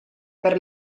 per